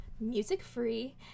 music-free